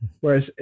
Whereas